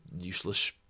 useless